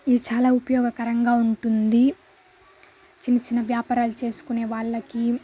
ఇది చాలా ఉపయోగకరంగా ఉంటుంది చిన్న చిన్న వ్యాపారాలు చేసుకునేవాళ్ళకి